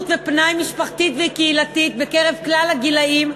ופנאי משפחתית וקהילתית בקרב כלל הגילאים,